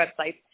websites